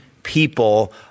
People